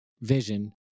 Vision